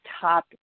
top